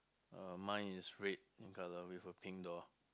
uh mine is red in colour with a pink door